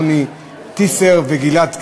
רוני טיסר וגלעד קרן,